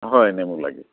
হয় নেমু লাগে